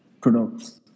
products